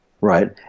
Right